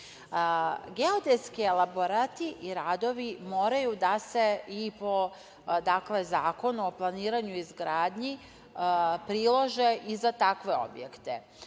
mnogo. Geodetski elaborati i radovi moraju da se i po Zakonu o planiranju i izgradnji prilože i za takve objekte.